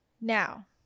Now